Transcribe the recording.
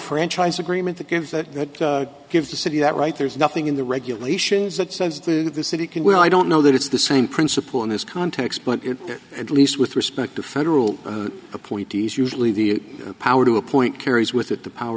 franchise agreement that gives that gives the city that right there's nothing in the regulations that says to the city can we i don't know that it's the same principle in this context but at least with respect to federal appointees usually the power to appoint carries with it the power